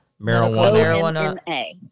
Marijuana